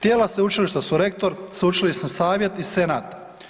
Tijela sveučilišta su rektor, sveučilišni savjet i senat.